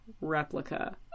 replica